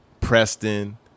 Preston